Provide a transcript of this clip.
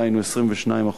דהיינו 22%,